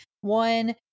One